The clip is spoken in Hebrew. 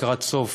לקראת סוף,